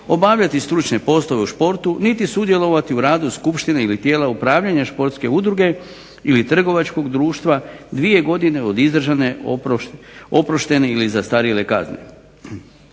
obavljati stručne poslove u športu niti sudjelovati u radu skupštine ili tijela upravljanja športske udruge ili trgovačkog društva 2 godine od izdržane oproštene ili zastarjele kazne.